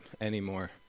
anymore